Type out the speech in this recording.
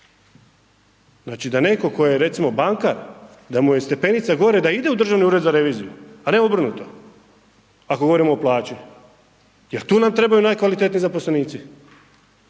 Znači da netko tko je recimo bankar da mu je stepenica gore da ide u Državni ured za reviziju, a ne obrnuto, ako govorimo o plaći, jer tu nam trebaju najkvalitetniji zaposlenici,